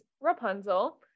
Rapunzel